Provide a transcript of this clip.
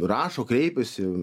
rašo kreipiasi